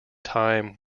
time